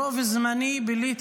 את רוב זמני ביליתי